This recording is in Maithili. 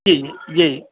जी जी